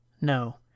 No